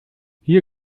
hier